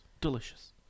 Delicious